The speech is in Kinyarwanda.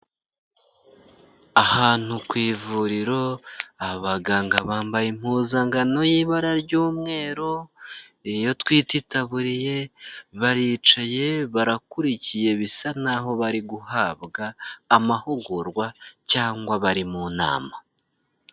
Ahantu ku ivuriro, abaganga bambaye impuzangano y'ibara ry'umweru, iy'utwite, itaburiye, baricaye barakurikiye, bisa n'aho bari guhabwa amahugurwa cyangwa bari mu nama.